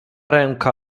ręka